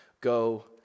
go